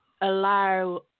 allow